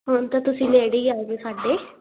ਹੁਣ ਤਾਂ ਤੁਸੀਂ ਨੇੜੇ ਹੀ ਆ ਗਏ ਸਾਡੇ